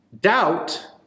Doubt